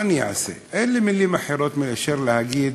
מה אני אעשה, אין לי מילים אחרות מאשר להגיד,